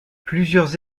plusieurs